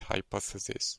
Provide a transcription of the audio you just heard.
hypothesis